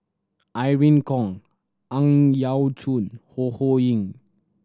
Irene Khong Ang Yau Choon Ho Ho Ying